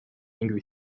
angry